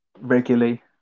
regularly